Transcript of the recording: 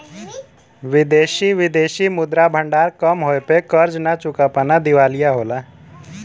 विदेशी विदेशी मुद्रा भंडार कम होये पे कर्ज न चुका पाना दिवालिया होला